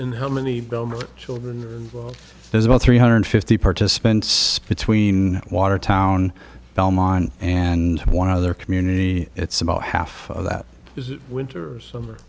in how many children there's about three hundred fifty participants between watertown belmont and one other community it's about half of that is winters over